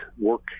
work